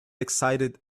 excited